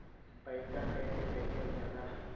पैसा कैसे भेजल जाला?